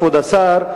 כבוד השר,